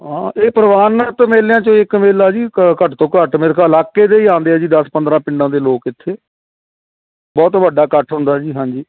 ਹਾਂ ਹਾਂ ਇਹ ਪ੍ਰਵਾਨਿਤ ਮੇਲਿਆਂ 'ਚੋਂ ਇੱਕ ਮੇਲਾ ਜੀ ਕ ਘੱਟ ਤੋਂ ਘੱਟ ਮੇਰੇ ਖਿਆਲ ਇਲਾਕੇ ਦੇ ਹੀ ਆਉਂਦੇ ਆ ਜੀ ਦਸ ਪੰਦਰਾਂ ਪਿੰਡਾਂ ਦੇ ਲੋਕ ਇੱਥੇ ਬਹੁਤ ਵੱਡਾ ਇਕੱਠ ਹੁੰਦਾ ਜੀ ਹਾਂਜੀ